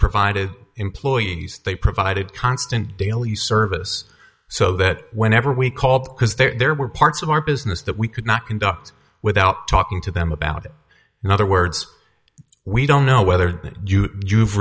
provided employees they provided constant daily service so that whenever we called because there were parts of our business that we could not conduct without talking to them about it in other words we don't know whether you've